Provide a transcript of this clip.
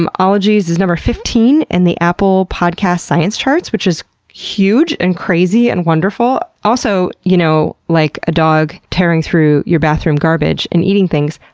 um ologies is number fifteen in and the apple podcasts science charts, which is huge, and crazy, and wonderful. also, you know, like a dog tearing through your bathroom garbage and eating things,